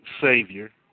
Savior